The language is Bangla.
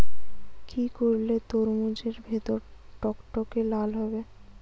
কি করলে তরমুজ এর ভেতর টকটকে লাল হবে?